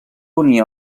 unió